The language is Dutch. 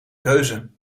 keuze